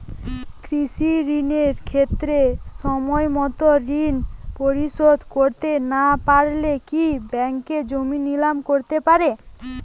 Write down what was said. কৃষিঋণের ক্ষেত্রে সময়মত ঋণ পরিশোধ করতে না পারলে কি ব্যাঙ্ক জমি নিলাম করতে পারে?